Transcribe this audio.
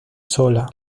sola